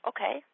Okay